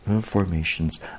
formations